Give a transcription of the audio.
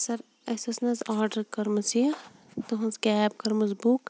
سَر اَسہِ ٲسۍ نہ حظ آرڈَر کٔرمٕژ یہِ تُہِنٛز کیب کٔرمٕژ بُک